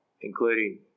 including